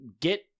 get